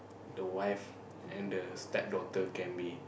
the wife and the step daughter can be